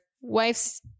wife's